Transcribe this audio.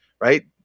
Right